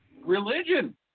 Religion